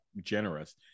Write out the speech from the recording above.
generous